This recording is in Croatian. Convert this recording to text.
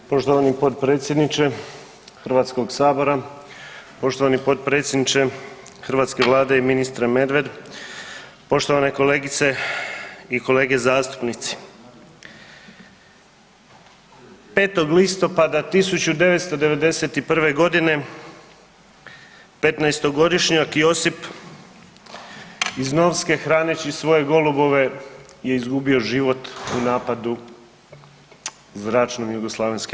Poštovani potpredsjedniče Hrvatskog sabora, poštovani potpredsjedniče hrvatske Vlade i ministre Medved, poštovane kolegice i kolege zastupnici, 5. listopada 1991. godine 15-to godišnjak Josip iz Novske hraneći svoje golubove je izgubio život u napadu zračnom JNA.